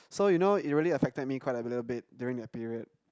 so you know it really affected me quite a little bit during the period